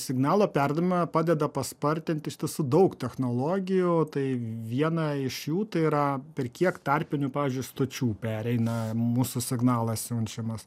signalo perdavimą padeda paspartinti iš tiesų daug technologijų tai vieną iš jų tai yra per kiek tarpinių pavyzdžiui stočių pereina mūsų signalas siunčiamas